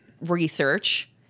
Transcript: research